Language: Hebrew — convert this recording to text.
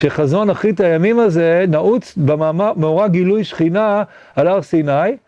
שחזון אחרית הימים הזה נעוץ במאורע גילוי שכינה על הר סיני.